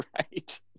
right